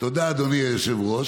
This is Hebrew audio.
תודה, אדוני היושב-ראש.